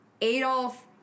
Adolf